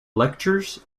lectures